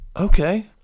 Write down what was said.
okay